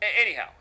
Anyhow